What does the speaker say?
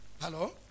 Hello